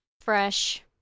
fresh